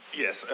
Yes